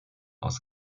aus